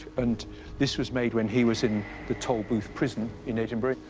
and this was made when he was in the tollbooth prison in edinburgh.